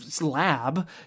lab